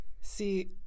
See